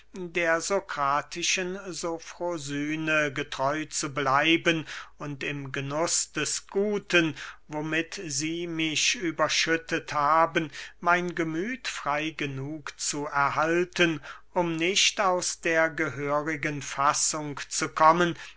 der sokratischen sofrosyne getreu zu bleiben und im genuß des guten womit sie mich überschüttet haben mein gemüth frey genug zu erhalten um nicht aus der gehörigen fassung zu kommen